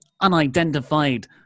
unidentified